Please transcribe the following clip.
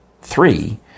three